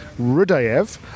Rudayev